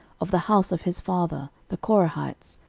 of the house of his father, the korahites,